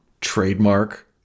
trademark